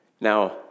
Now